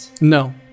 No